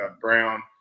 Brown